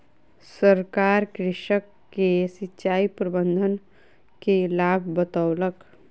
सरकार कृषक के सिचाई प्रबंधन के लाभ बतौलक